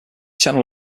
channel